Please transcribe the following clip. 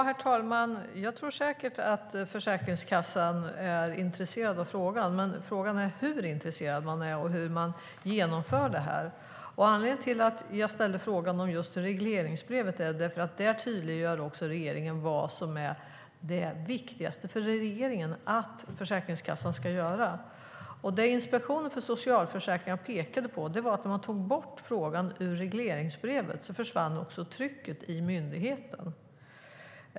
Herr talman! Jag tror säkert att Försäkringskassan är intresserad av frågan, men frågan är hur intresserad man är och hur man genomför det här. Anledningen till att jag ställde frågan om just regleringsbrevet är att regeringen där tydliggör vad som är det viktigaste Försäkringskassan ska göra. Det Inspektionen för socialförsäkringen pekade på var att när man tog bort frågan ur regleringsbrevet försvann också trycket i myndigheten.